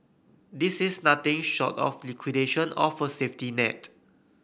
this is nothing short of liquidation of a safety net